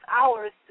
hours